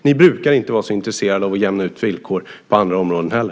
Ni brukar inte vara så intresserade av att jämna ut villkor på andra områden heller.